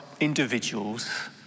individuals